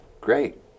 great